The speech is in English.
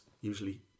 usually